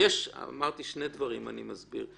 אמרתי שני דברים ואני מסביר.